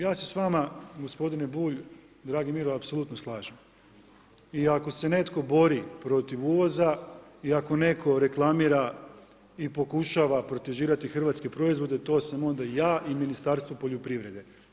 Ja se s vama gospodine Bulj, dragi Miro, apsolutno slažem i ako se netko bori protiv uvoza i ako netko reklamira i pokušava protižira hrvatske proizvode, to sam onda ja i Ministarstvo poljoprivrede.